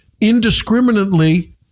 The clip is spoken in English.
indiscriminately